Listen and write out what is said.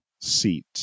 seat